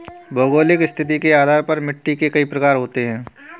भौगोलिक स्थिति के आधार पर मिट्टी के कई प्रकार होते हैं